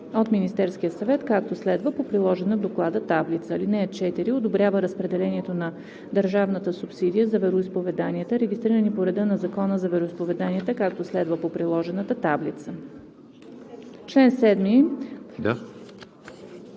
от Министерския съвет, както следва по приложена от Доклада таблица. (4) Одобрява разпределението на държавната субсидия за вероизповеданията, регистрирани по реда на Закона за вероизповеданията, както следва по приложената таблица.“